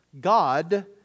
God